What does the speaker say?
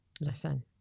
Listen